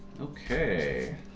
Okay